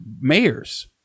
mayors